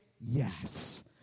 yes